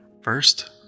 First